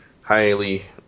highly